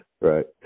Right